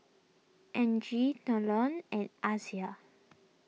Angie Deion and Asia